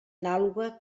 anàloga